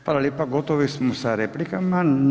Hvala lijepa, gotovi smo sa replikama.